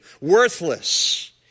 worthless